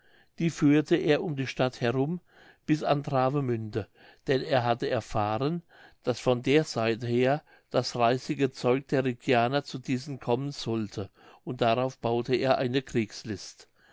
die führte er um die stadt herum bis an travemünde denn er hatte erfahren daß von der seite her das reisige zeug der rügianer zu diesen kommen sollte und darauf baute er eine kriegslist